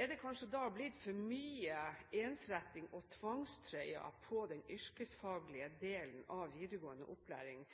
er det kanskje blitt for mye ensretting og tvangstrøye i den yrkesfaglige delen av videregående opplæring?